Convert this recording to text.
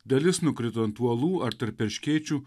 dalis nukrito ant uolų ar tarp erškėčių